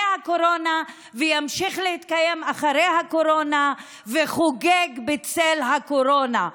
הקורונה וימשיך להתקיים אחרי הקורונה וחוגג בצל הקורונה.